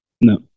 No